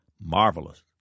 marvelous